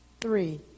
three